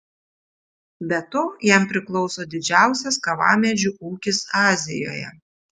be to jam priklauso didžiausias kavamedžių ūkis azijoje